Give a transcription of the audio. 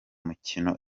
mikino